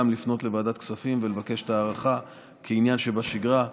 ואת המבקר לפנות לוועדת הכספים ולבקש ההארכה כעניין שבשגרה.